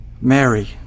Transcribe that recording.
Mary